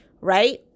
right